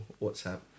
WhatsApp